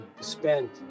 spent